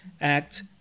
act